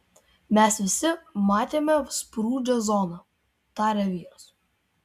mes visi matėme sprūdžio zoną tarė vyras